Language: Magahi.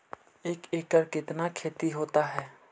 एक एकड़ कितना खेति होता है?